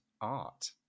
art